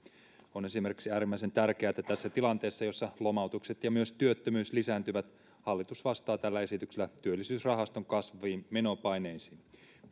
on esimerkiksi äärimmäisen tärkeää että tässä tilanteessa jossa lomautukset ja myös työttömyys lisääntyvät hallitus vastaa tällä esityksellä työllisyysrahaston kasvaviin menopaineisiin